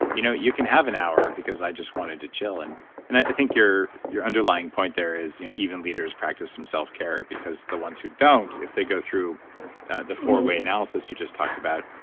you know you can have an hour because i wanted to chill. and and i think your your underlying point there is even leaders practice some self-care because the ones who don't, if they go through the four-way analysis you just talked about,